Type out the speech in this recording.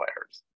players